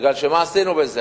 כי מה עשינו בזה?